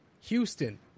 Houston